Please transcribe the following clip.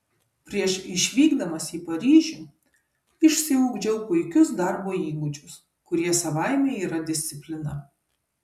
prieš išvykdamas į paryžių išsiugdžiau puikius darbo įgūdžius kurie savaime yra disciplina